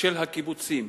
של הקיבוצים,